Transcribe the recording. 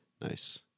Nice